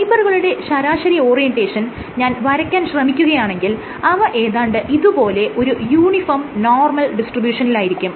ഫൈബറുകളുടെ ശരാശരി ഓറിയന്റേഷൻ ഞാൻ വരയ്ക്കാൻ ശ്രമിക്കുകയാണെങ്കിൽ അവ ഏതാണ്ട് ഇതുപോലെ ഒരു യൂണിഫോം നോർമൽ ഡിസ്ട്രിബ്യുഷനിലായിരിക്കും